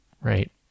right